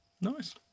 Nice